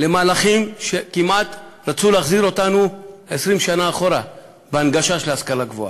למהלכים שכמעט רצו להחזיר אותנו 20 שנה אחורה בהנגשה של ההשכלה הגבוהה.